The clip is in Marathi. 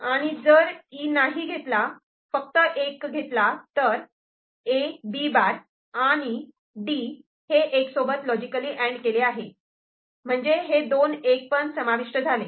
आणि जर 'E' नाही घेतला फक्त' '1' घेतला तर AB' आणि 'D' हे '1' सोबत लॉजिकली अँड केले आहे म्हणजे हे दोन एक समाविष्ट झाले